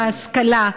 בהשכלה.